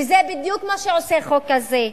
וזה בדיוק מה שעושה החוק הזה.